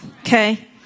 Okay